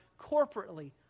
corporately